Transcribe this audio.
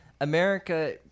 America